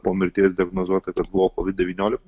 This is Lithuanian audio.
po mirties diagnozuota kad buvo kovid devyniolik